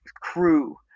crew